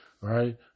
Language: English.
Right